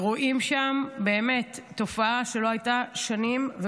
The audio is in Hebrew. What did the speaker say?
רואים שם תופעה שלא הייתה שנים,